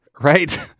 right